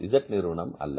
Z நிறுவனம் அல்ல